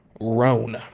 Roan